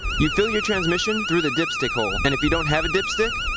you fill your transmission through the dipstick hole, and if you don't have a dipstick,